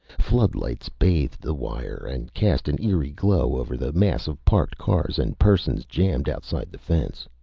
floodlights bathed the wire and cast an eerie glow over the mass of parked cars and persons jammed outside the fence.